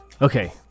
Okay